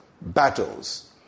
battles